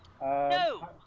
No